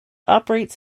operates